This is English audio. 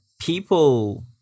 people